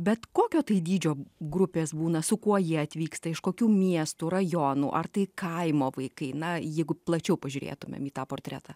bet kokio tai dydžio grupės būna su kuo jie atvyksta iš kokių miestų rajonų ar tai kaimo vaikai na jeigu plačiau pažiūrėtumėm į tą portretą